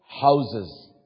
houses